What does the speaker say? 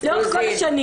בוא נראה סרטון.